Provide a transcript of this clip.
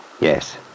Yes